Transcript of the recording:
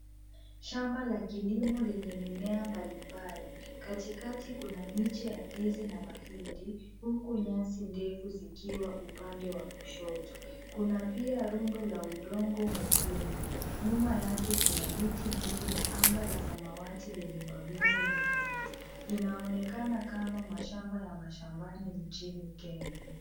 Shamba la kilimo lenye mimea mbalimbali, katikati kuna miche ya ndizi na mahindi huku nyasi ndefu zikiwa upande wa kushoto. Kuna pia rundo la udongo mwekundu. Nyuma yake kuna miti mingi na anga la samawati lenye mawingu meupe. Inaonekana kama mashamba ya mashambani nchini Kenya.